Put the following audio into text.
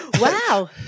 Wow